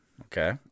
Okay